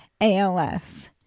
ALS